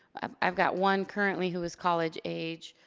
um i've got one currently who is college age.